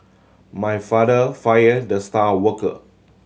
my father fire the star worker